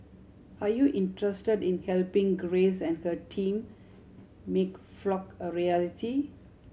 are you interested in helping Grace and her team make Flock a reality